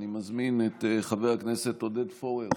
אני מזמין את חבר הכנסת עודד פורר